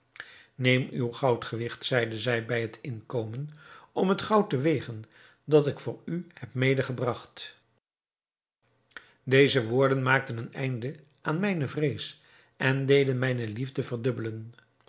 neem uw goudgewigt zeide zij bij het inkomen om het goud te wegen dat ik voor u heb medegebragt deze woorden maakten een einde aan mijne vrees en deden mijne liefde verdubbelen